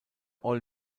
all